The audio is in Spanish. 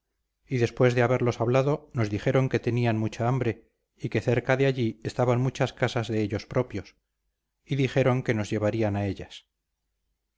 y después de haberlos hablado nos dijeron que tenían mucha hambre y que cerca de allí estaban muchas casas de ellos propios y dijeron que nos llevarían a ellas